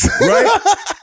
Right